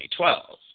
2012